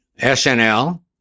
snl